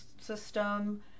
system